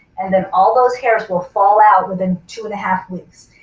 and then all those hairs will fall out within two and a half weeks.